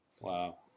Wow